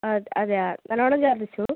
ആ അതെയോ നല്ലോണം ഛർദിച്ചു